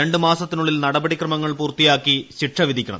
രണ്ട് മാസത്തിനുള്ളിൽ നടപടിക്രമങ്ങൾ പൂർത്തിയാക്കി ശിക്ഷ വിധിക്കണം